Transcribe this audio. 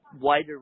wider